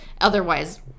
Otherwise